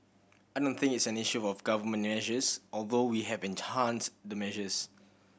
I don't think it's an issue of Government measures although we have enhanced the measures